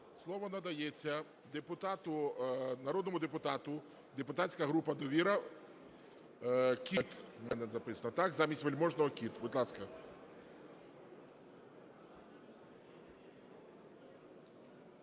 Слово надається народному депутату, депутатська група "Довіра", Кіт, у мене записано, замість Вельможного – Кіт. Будь ласка.